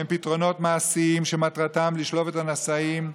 הם פתרונות מעשיים שמטרתם לשלוח את הנשאים,